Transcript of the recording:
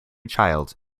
child